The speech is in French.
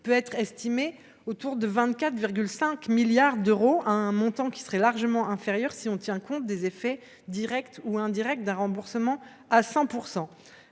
peut être estimé autour de 24,5 milliards d’euros. Ce montant serait largement inférieur si l’on tenait compte des effets directs ou indirects d’un remboursement à 100 %.